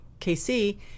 kc